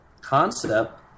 concept